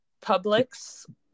Publix